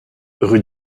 rue